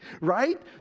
right